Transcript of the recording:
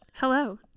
Hello